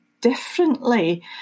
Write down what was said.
differently